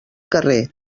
carrer